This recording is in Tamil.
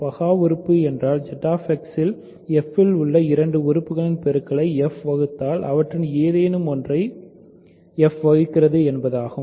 பகா உறுப்பு என்றால் ZX fஇல் உள்ள இரண்டு உறுப்புகளின் பெறுக்களை f வகுத்தால் அவற்றில் எதேனும் ஒன்றைப் வகுக்கிறது என்பதாகும்